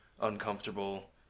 uncomfortable